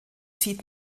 zieht